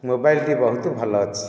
ମୋବାଇଲଟି ବହୁତ ଭଲ ଅଛି